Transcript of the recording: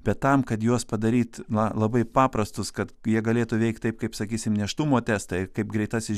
bet tam kad juos padaryt na labai paprastus kad jie galėtų veikt taip kaip sakysim nėštumo testai kaip greitasis